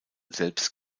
selbst